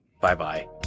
Bye-bye